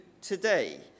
today